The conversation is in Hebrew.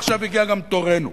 עכשיו הגיע גם תורנו.